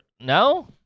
No